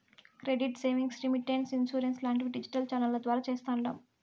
credit savings, remittance, insurance లాంటివి digital ఛానెల్ల ద్వారా చేస్తాండాము